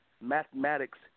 mathematics